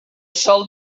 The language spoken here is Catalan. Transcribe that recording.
sòl